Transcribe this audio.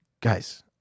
Guys